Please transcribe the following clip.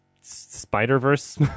Spider-Verse